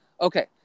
Okay